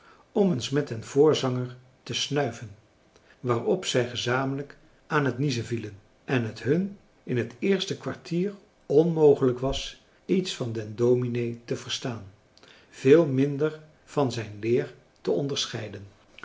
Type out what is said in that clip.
om eens met den voorzanger te snuiven waarop zij gezamenlijk aan het niezen vielen en het hun in het eerste kwartier onmogelijk was iets van den dominee te verstaan veel minder van zijn leer te onderscheiden